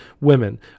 women